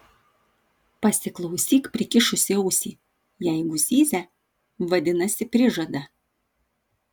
pasiklausyk prikišusi ausį jeigu zyzia vadinasi prižada